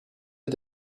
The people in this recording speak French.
est